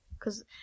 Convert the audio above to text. Cause